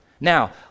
now